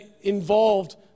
involved